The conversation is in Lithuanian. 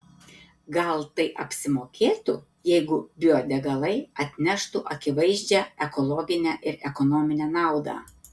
gal tai apsimokėtų jeigu biodegalai atneštų akivaizdžią ekologinę ir ekonominę naudą